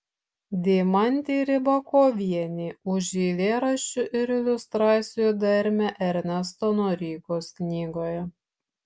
deimantei rybakovienei už eilėraščių ir iliustracijų dermę ernesto noreikos knygoje